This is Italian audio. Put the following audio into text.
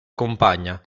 compagna